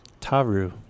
Taru